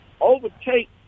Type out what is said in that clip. overtake